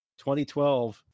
2012